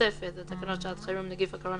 תוספת לתקנות שעת חירום (נגיף הקורונה